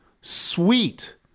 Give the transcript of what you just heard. sweet